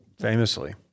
Famously